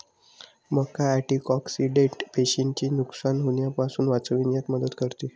मका अँटिऑक्सिडेंट पेशींचे नुकसान होण्यापासून वाचविण्यात मदत करते